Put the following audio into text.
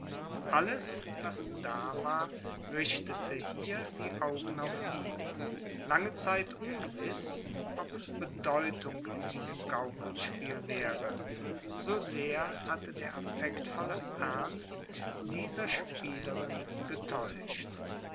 alles was da war richtete hier die augen auf ihn lange zeit ungewiß ob bedeutung in diesem gaukelspiel wäre so sehr hatte der affektvolle ernst dieser spielerin getäuscht